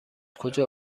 کجا